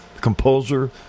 composer